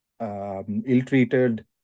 ill-treated